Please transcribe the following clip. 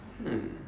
mm